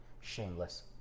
shameless